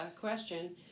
question